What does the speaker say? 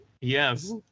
Yes